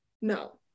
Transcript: no